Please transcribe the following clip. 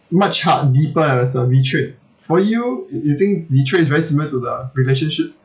much hard deeper lester betrayed for you you think betrayed is very similar to the relationship